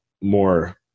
more